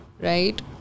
right